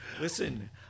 Listen